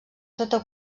sota